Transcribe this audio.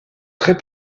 très